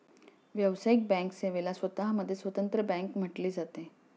व्यावसायिक बँक सेवेला स्वतः मध्ये स्वतंत्र बँक म्हटले जाते